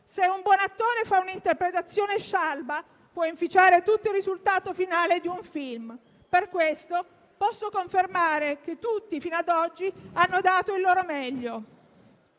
Se un buon attore fa un'interpretazione scialba, può inficiare tutto il risultato finale di un *film.* Per questo, posso confermare che tutti, fino a oggi, hanno dato il loro meglio